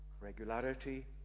regularity